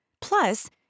plus